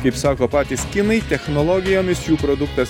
kaip sako patys kinai technologijomis jų produktas